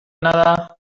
nada